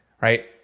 right